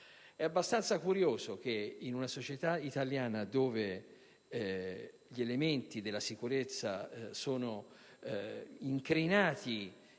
È abbastanza curioso che, in una società italiana dove gli elementi della sicurezza sono incrinati